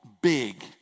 big